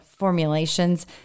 formulations